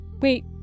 Wait